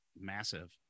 massive